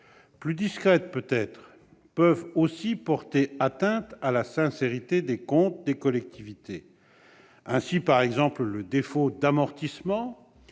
plus discrètes peut-être, peuvent aussi porter atteinte à la sincérité des comptes des collectivités territoriales. Il en est ainsi du défaut d'amortissement